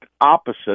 opposite